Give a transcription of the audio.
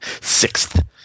Sixth